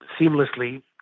seamlessly